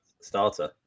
starter